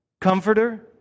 Comforter